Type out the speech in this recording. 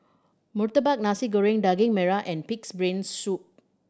murtabak Nasi Goreng Daging Merah and Pig's Brain Soup